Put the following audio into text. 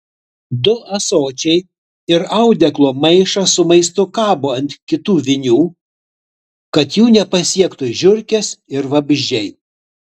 du ąsočiai ir audeklo maišas su maistu kabo ant kitų vinių kad jų nepasiektų žiurkės ir vabzdžiai